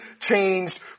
changed